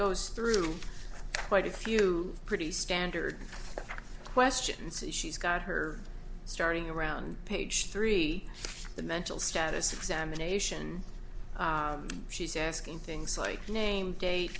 goes through quite a few pretty standard questions that she's got her starting around page three the mental status examination she's asking things like name date